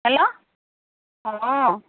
hello অঁ